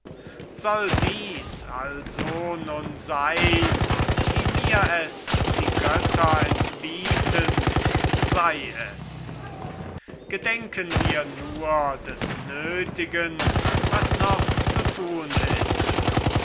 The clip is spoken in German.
soll dies also nun sein wie mir es die götter entbieten sei es gedenken wir nun des nötigen was noch zu tun ist